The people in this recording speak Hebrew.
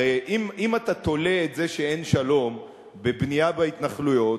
הרי אם אתה תולה את זה שאין שלום בבנייה בהתנחלויות,